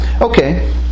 Okay